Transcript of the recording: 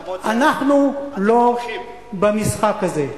אנחנו לא במשחק הזה.